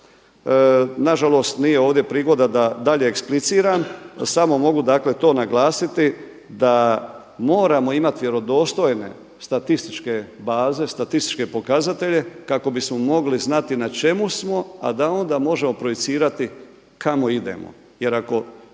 Na žalost nije ovdje prigoda da dalje ekspliciram, to samo mogu dakle to naglasiti da moramo imati vjerodostojne statističke baze, statističke pokazatelje kako bismo mogli znati na čemu smo, a da onda možemo projicirati kamo idemo.